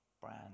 brand